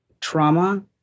trauma